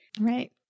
Right